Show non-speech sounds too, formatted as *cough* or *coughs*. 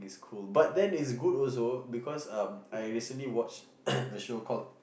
is cool but then it's good also because um I recently watched *coughs* a show called